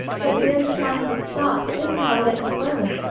but where to find the spot, this have i yet to learn.